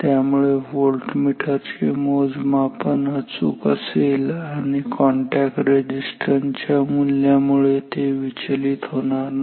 त्यामुळे व्होल्टेजचे मोजमापन अचूक असेल आणि कॉन्टॅक्ट रेझिस्टन्स च्या मूल्यामुळे ते विचलित होणार नाही